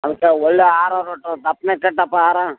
ಅದಕ್ಕೆ ಒಳ್ಳೆಯ ಹಾರ ರೊಟ್ಟು ದಪ್ಪನೆ ಕಟ್ಟಪ್ಪ ಹಾರ